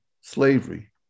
Slavery